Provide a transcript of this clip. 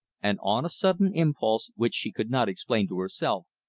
and on a sudden impulse which she could not explain to herself,